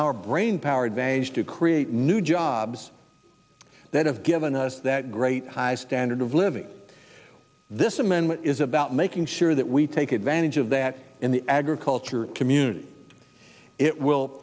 our brainpower advantage to create new jobs that have given us that great high standard of living this amendment is about making sure that we take advantage of that in the agriculture community it will